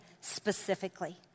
specifically